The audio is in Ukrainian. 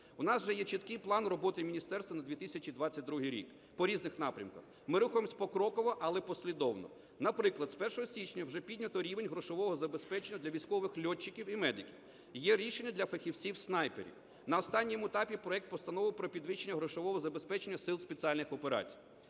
У нас вже є чіткий план роботи міністерства на 2022 рік по різних напрямках. Ми рухаємося покроково, але послідовно. Наприклад, з 1 січня вже піднято рівень грошового забезпечення для військових льотчиків і медиків, є рішення для фахівців-снайперів. На останньому етапі проект Постанови про підвищення грошового забезпечення Сил спеціальних операцій.